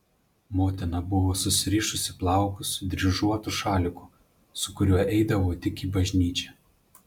motina buvo susirišusi plaukus dryžuotu šaliku su kuriuo eidavo tik į bažnyčią